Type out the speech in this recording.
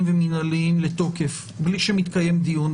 ומינהליים לתוקף בלי שמתקיים דיון,